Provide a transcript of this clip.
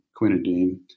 quinidine